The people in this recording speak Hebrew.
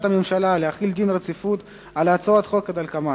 הממשלה להחיל דין רציפות על הצעות חוק כדלקמן: